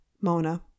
Mona